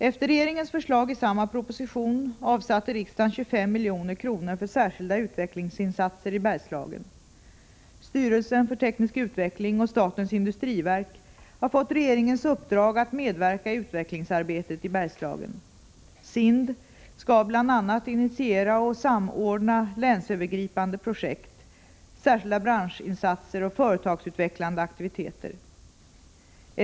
Efter regeringens förslag i samma proposition avsatte riksdagen 25 milj.kr. för särskilda utvecklingsinsatser i Bergslagen. Styrelsen för teknisk utveckling och statens industriverk har fått regeringens uppdrag att medverka i utvecklingsarbetet i Bergslagen. SIND skall bl.a. initiera och samordna länsövergripande projekt, särskilda branschinsatser och företagsutvecklande aktiviteter.